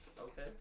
Okay